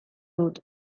dut